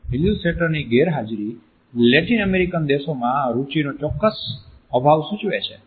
ઈલ્યુસ્ટ્રેટરની ગેરહાજરી Latin American દેશોમાં રુચિનો ચોક્કસ અભાવ સૂચવે છે